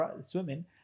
swimming